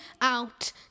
out